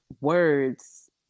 words